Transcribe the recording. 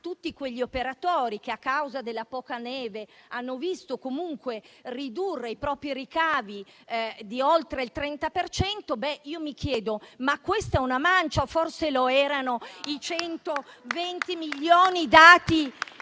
tutti quegli operatori che, a causa della poca neve, hanno visto comunque ridurre i propri ricavi di oltre il 30 per cento, mi chiedo se si tratta di una mancia o forse lo erano i 120 milioni dati